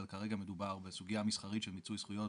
אבל כרגע מדובר בסוגיה מסחרית של מיצוי זכויות